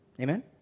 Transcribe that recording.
Amen